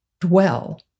dwell